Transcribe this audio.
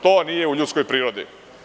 To nije u ljudskoj prirodi.